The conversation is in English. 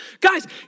Guys